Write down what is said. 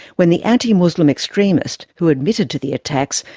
when the anti-muslim extremist, who admitted to the attacks,